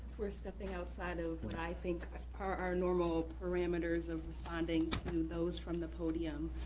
we're stepping outside of what i think are our normal parameters of responding to those from the podium.